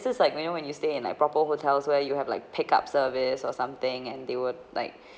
so it's like when you when you stay in a proper hotels where you have like pick up service or something and they were like